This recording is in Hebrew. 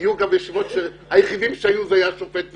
היו ישיבות שהיחידים שהיו זה השופט ואני.